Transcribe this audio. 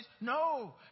No